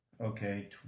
Okay